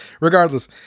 regardless